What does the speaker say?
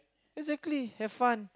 exactly have fun